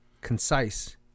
concise